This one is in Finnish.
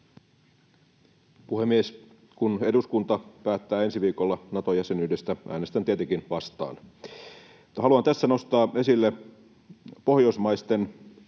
Puhemies! Kun eduskunta päättää ensi viikolla Nato-jäsenyydestä, äänestän tietenkin vastaan. Haluan tässä nostaa esille Pohjoismaiden